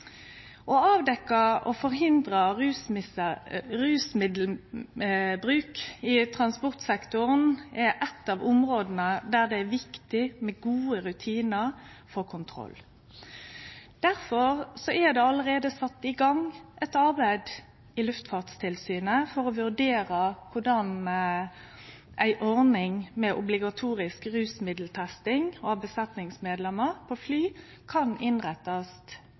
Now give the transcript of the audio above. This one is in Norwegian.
Å avdekkje og forhindre rusmiddelbruk i transportsektoren er eitt av områda der det er viktig med gode rutinar for kontroll. Difor er det allereie sett i gang eit arbeid i Luftfartstilsynet for å vurdere korleis ei ordning med obligatorisk rusmiddeltesting av besetningsmedlemer på fly kan innrettast